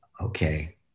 okay